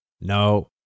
No